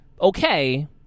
okay